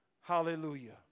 Hallelujah